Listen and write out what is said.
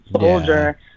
soldier